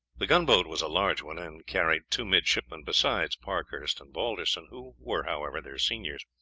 the gunboat was a large one, and carried two midshipmen besides parkhurst and balderson, who were, however, their seniors.